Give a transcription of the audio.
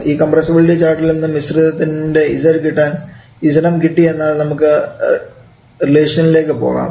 ഈ കംപ്രസ്സബിലിറ്റി ചാർട്ടിൽ നിന്നും മിശ്രിതത്തിൻറെ Z കിട്ടാൻ Zm കിട്ടി എന്നാൽ പിന്നെ നമുക്ക് റിലേഷൻഇലേക്ക് പോകാം